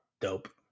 dope